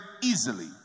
easily